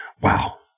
wow